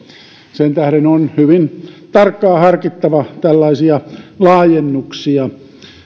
sen tähden on hyvin tarkkaan harkittava tällaisia laajennuksia